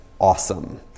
awesome